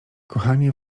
kochanie